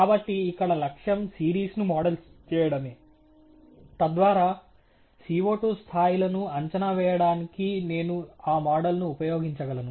కాబట్టి ఇక్కడ లక్ష్యం సిరీస్ను మోడల్ చేయడమే తద్వారా CO2 స్థాయిలను అంచనా వేయడానికి నేను ఆ మోడల్ను ఉపయోగించగలను